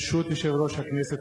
ברשות יושב-ראש הכנסת,